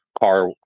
car